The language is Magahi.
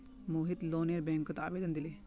मोहित लोनेर बैंकत आवेदन दिले